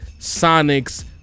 sonics